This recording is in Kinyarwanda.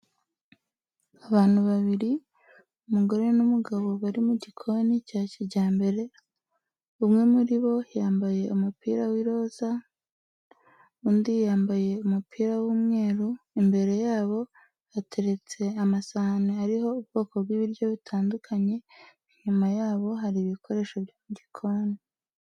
Abantu babiri; umugore n'umugabo bari mu gikoni cya kijyambere, umwe muri bo yambaye umupira w'iroza, undi yambaye umupira w'umweru, imbere yabo hateretse amasahani ariho ubwoko bw'ibiryo bitandukanye, inyuma yabo hari ibikoresho byo mu gikoni.